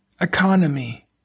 economy